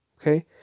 Okay